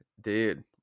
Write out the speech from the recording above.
Dude